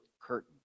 curtain